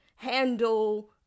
handle